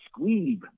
Squeeb